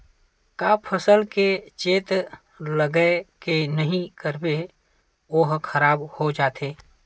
का फसल के चेत लगय के नहीं करबे ओहा खराब हो जाथे?